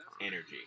Energy